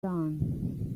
done